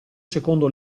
secondo